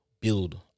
build